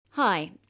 Hi